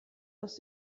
aus